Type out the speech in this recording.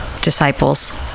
disciples